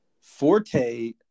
Forte